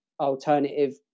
alternative